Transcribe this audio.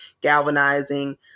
galvanizing